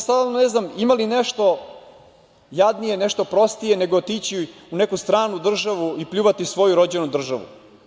Stvarno ne znam, ima li nešto jadnije, nešto prostije nego otići u neku stranu državu i pljuvati svoju rođenu državu?